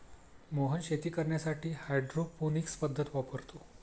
मोहन शेती करण्यासाठी हायड्रोपोनिक्स पद्धत वापरतो